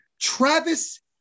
Travis